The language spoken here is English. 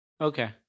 Okay